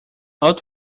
old